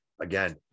again